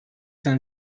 han